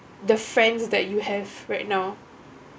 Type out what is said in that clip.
the friends that you have right now